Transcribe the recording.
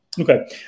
Okay